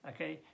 Okay